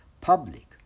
public